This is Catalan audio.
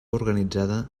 organitzada